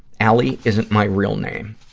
ally isn't my real name.